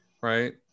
right